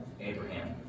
Abraham